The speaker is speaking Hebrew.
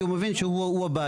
כי הוא מבין שהוא הבעיה.